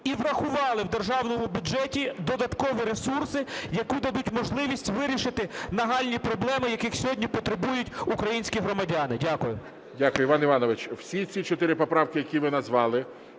і врахували в державному бюджеті додаткові ресурси, які дадуть можливість вирішити нагальні проблеми, яких сьогодні потребують українські громадяни. Дякую. ГОЛОВУЮЧИЙ. Дякую. Іван Іванович, всі ці чотири поправки, які ви назвали,